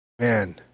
man